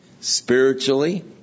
spiritually